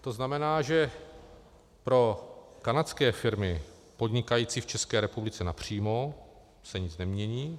To znamená, že pro kanadské firmy podnikající v České republice napřímo se nic nemění.